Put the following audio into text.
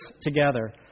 together